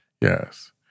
Yes